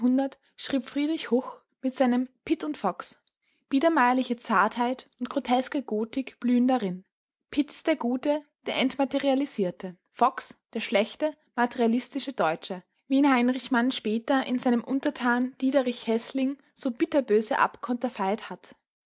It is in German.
schrieb friedrich huch mit seinem pitt und fox biedermeierliche zartheit und groteske gotik blühen darin pitt ist der gute der entmaterialisierte fox der schlechte materialistische deutsche wie ihn heinrich mann später in seinem untertan diederich heßling so bitterböse abkonterfeit hat